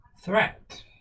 threat